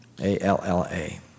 A-L-L-A